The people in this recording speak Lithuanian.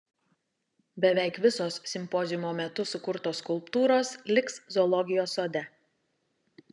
beveik visos simpoziumo metu sukurtos skulptūros liks zoologijos sode